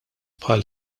bħal